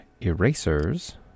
erasers